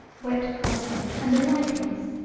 wet crossing and a likeness,